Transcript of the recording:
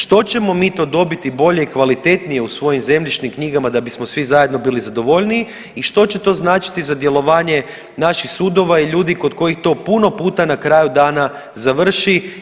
Što ćemo mi to dobiti bolje i kvalitetnije u svojim zemljišnim knjigama da bismo svi zajedno bili zadovoljniji i što će to značiti za djelovanje naših sudova i ljudi kod kojih to puno puta na kraju dana završi.